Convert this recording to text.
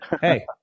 Hey